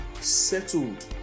settled